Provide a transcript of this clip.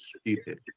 stupid